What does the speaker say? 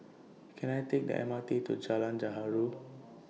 Can I Take The M R T to Jalan Gaharu